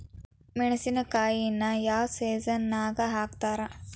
ಮೆಣಸಿನಕಾಯಿನ ಯಾವ ಸೇಸನ್ ನಾಗ್ ಹಾಕ್ತಾರ?